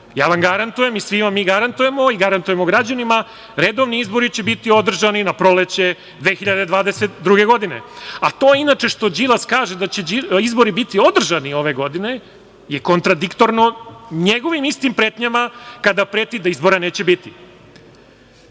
Ja vam garantujem, i svi vam mi garantujemo i garantujemo građanima, redovni izbori će biti održani na proleće 2022. godine. Inače, to što Đilas kaže da će izbori biti održani ove godine je kontradiktorno njegovim istim pretnjama kada preti da izbora neće biti. Da